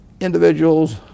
individuals